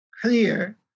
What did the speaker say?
clear